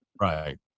right